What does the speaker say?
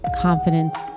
confidence